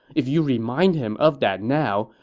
if you remind him of that now,